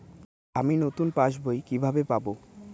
আমি নতুন পাস বই কিভাবে পাব?